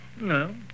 No